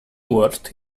watched